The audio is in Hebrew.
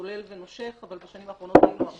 שמשתולל ונושך אבל בשנים האחרונות ראינו יותר